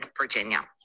Virginia